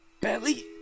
belly